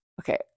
Okay